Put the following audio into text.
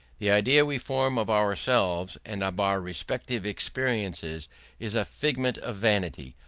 the idea we form of ourselves and of our respective experiences is a figment of vanity,